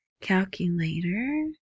calculator